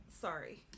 sorry